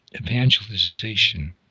evangelization